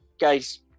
guys